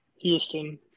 Houston